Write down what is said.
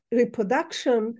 reproduction